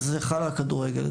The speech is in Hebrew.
זה חל על כדורגל.